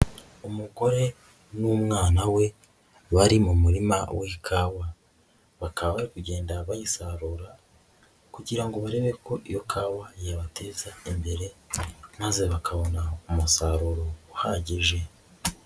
Umugore n'umwana we bari mu murima w'ikawa, bakaba kugenda bayisarura kugira barebe ko iyo kawa yabateza imbere maze bakabona umusaruro uhagije.